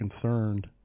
concerned